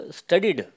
studied